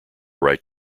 write